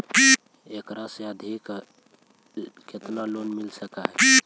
एकरा से अधिकतम केतना लोन मिल सक हइ?